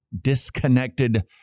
disconnected